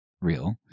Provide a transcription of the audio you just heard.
real